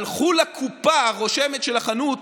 הלכו לקופה הרושמת של החנות